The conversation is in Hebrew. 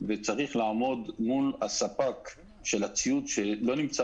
וצריך לעמוד מול הספק של הציוד שלא נמצא